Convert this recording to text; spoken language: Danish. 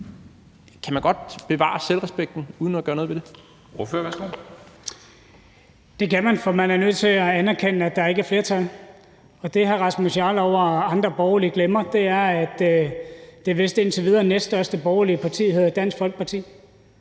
Kl. 13:15 Andreas Steenberg (RV): Det kan man, for man er nødt til at anerkende, at der ikke er flertal. Og det, hr. Rasmus Jarlov og andre borgerlige glemmer, er, at det vist indtil videre næststørste borgerlige parti hedder Dansk Folkeparti,